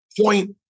point